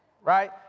right